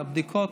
הבדיקות.